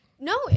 No